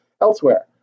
elsewhere